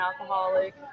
alcoholic